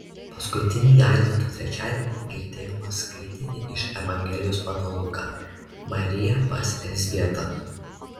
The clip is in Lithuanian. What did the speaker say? paskutinį advento trečiadienį girdėjome skaitinį iš evangelijos pagal luką marija pas elzbietą